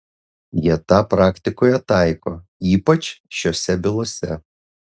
jie tą praktikoje taiko ypač šiose bylose